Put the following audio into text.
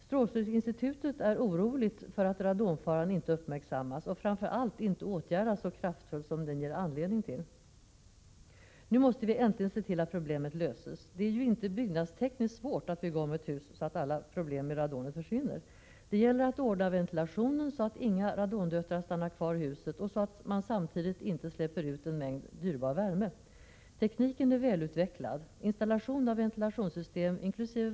Strålskyddsinstitutet är oroligt för att radonfaran inte uppmärksammas och framför allt för att den inte åtgärdas så kraftfullt som den ger anledning till. Nu måste vi äntligen se till att problemet löses. Det är ju inte byggnadstekniskt svårt att bygga om ett hus så att alla problem med radonet försvinner. Det gäller att ordna ventilationen så att inga radondöttrar stannar kvar i huset och så att man samtidigt inte släpper ut en mängd dyrbar värme. Tekniken är välutvecklad, installation av ventilationssystem, inkl.